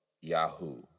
Yahoo